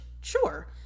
Sure